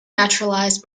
naturalized